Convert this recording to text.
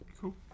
Cool